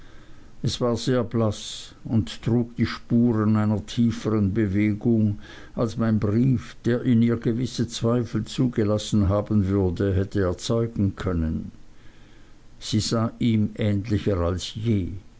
es war sehr blaß und trug die spuren einer tiefern bewegung als mein brief der in ihr gewisse zweifel zugelassen haben würde hätte erzeugen können sie sah ihm ähnlicher als je